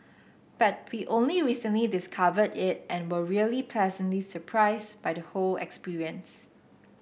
but we only recently discovered it and were really pleasantly surprised by the whole experience